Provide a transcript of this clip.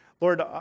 Lord